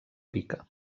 pica